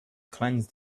cleanse